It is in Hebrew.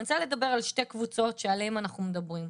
אני רוצה לדבר על שתי קבוצות שעליהן אנחנו מדברים: